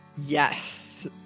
Yes